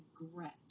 regret